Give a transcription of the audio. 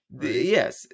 yes